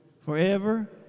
Forever